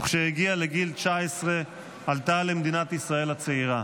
וכשהגיעה לגיל 19 עלתה למדינת ישראל הצעירה.